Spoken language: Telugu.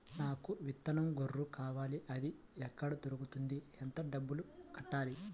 నాకు విత్తనం గొర్రు కావాలి? అది ఎక్కడ దొరుకుతుంది? ఎంత డబ్బులు కట్టాలి?